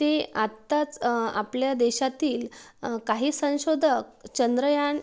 ते आताच आपल्या देशातील काही संशोधक चंद्रयान